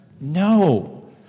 No